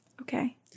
Okay